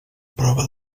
prova